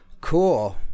cool